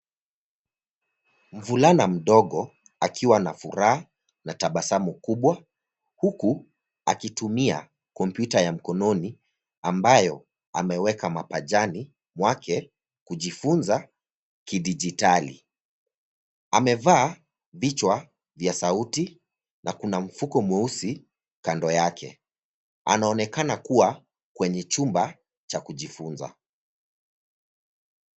Mvulana mdogo akiwa na furaha na tabasamu kubwa huku akitumia kompyuta ya mkononi ambayo ameweka mapajani mwake kujifunza kidijitali. Amevaa vichwa vya sauti na kuna mfuko mweusi kando yake. Anaonekana kuwa kwenye chumba cha kujifunza.